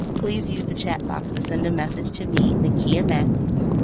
please use the chat box to send a message to me, nakia matthews,